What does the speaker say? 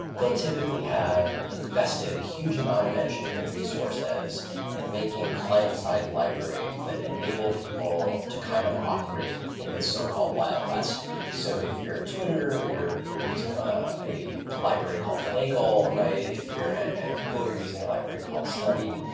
they'll typically have invested a huge amount of engineering resources in making client-side libraries that enable people to kind of operate in this so-called wild west. so if you're twitter, or you're using a a library called finagle, right? if you're ah at google, you're using a library called stubby.